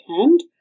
hand